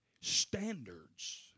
standards